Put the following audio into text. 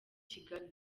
kigali